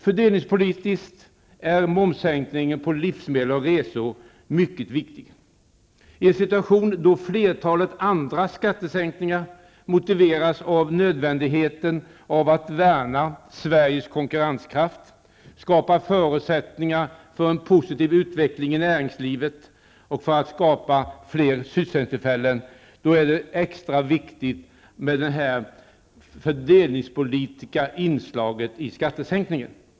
Fördelningspolitiskt är momssänkningen på livsmedel och resor mycket viktig. I en situation då flertalet andra skattesänkningar motiveras av nödvändigheten att värna Sveriges konkurrenskraft, skapa förutsättningar för en positiv utveckling av näringslivet och skapa fler sysselsättningstillfällen, är det extra viktigt med det fördelningspolitiska inslaget i skattesänkningen.